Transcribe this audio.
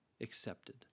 accepted